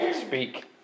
speak